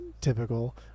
Typical